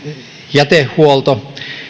jätehuolto